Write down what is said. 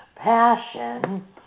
passion